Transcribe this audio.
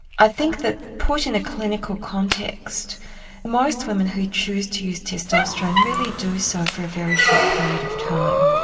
i think that put in a clinical context most women who choose to use testosterone really do so for a very short period of time.